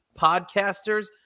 podcasters